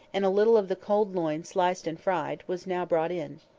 and a little of the cold loin sliced and fried was now brought in.